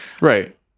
Right